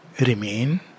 remain